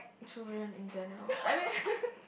children in general I mean